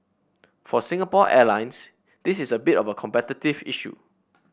for Singapore Airlines this is a bit of a competitive issue